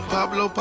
Pablo